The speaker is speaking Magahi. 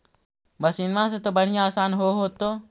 मसिनमा से तो बढ़िया आसन हो होतो?